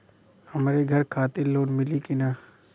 हमरे घर खातिर लोन मिली की ना?